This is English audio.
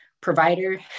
provider